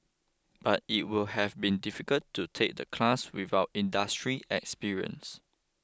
but it would have been difficult to take the class without industry experience